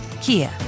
kia